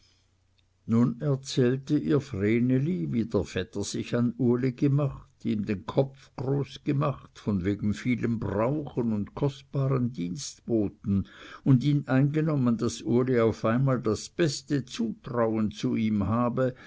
nun erzählte ihr vreneli wie der vetter sich an uli gemacht ihm den kopf groß gemacht wegen vielem brauchen und kostbaren dienstboten und ihn eingenommen daß uli auf einmal das beste zutrauen zu ihm habe